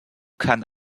kann